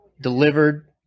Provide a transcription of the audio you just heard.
delivered